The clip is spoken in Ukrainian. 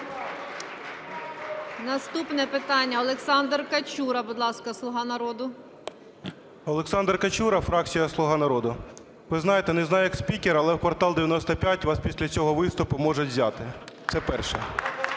Наступне питання. Олександр Качура, будь ласка, "Слуга народу". 14:31:42 КАЧУРА О.А. Олександр Качура, фракція "Слуга народу". Ви знаєте, не знаю як спікери, але в "Квартал 95" вас після цього виступу можуть взяти. Це перше.